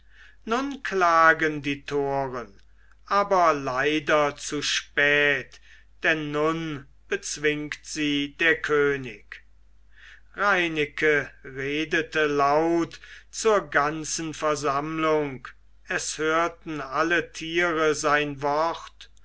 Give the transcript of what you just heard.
nun klagen die toren aber leider zu spät denn nun bezwingt sie der könig reineke redete laut zur ganzen versammlung es hörten alle tiere sein wort